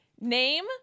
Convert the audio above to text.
Name